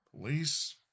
police